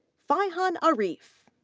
faihaan arif,